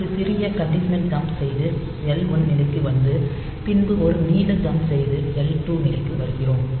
ஒரு சிறிய conditional jump செய்து எல் 1 நிலைக்கு வந்து பின்பு ஒரு நீள ஜம்ப் செய்து எல் 2 க்கு வருகிறோம்